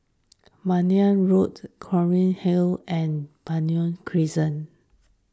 Minden Road Clunny Hill and Benoi Crescent